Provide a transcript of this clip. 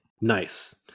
Nice